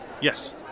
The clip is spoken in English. Yes